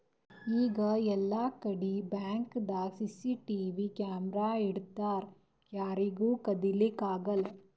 ಈಗ್ ಎಲ್ಲಾಕಡಿ ಬ್ಯಾಂಕ್ದಾಗ್ ಸಿಸಿಟಿವಿ ಕ್ಯಾಮರಾ ಇಟ್ಟಿರ್ತರ್ ಯಾರಿಗೂ ಕದಿಲಿಕ್ಕ್ ಆಗಲ್ಲ